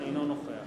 אינו נוכח